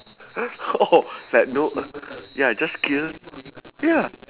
oh like those ya just kill ya